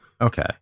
Okay